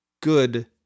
good